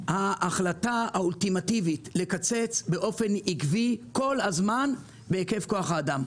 ההחלטה האולטימטיבית לקצץ באופן עקבי כל הזמן בהיקף כוח האדם.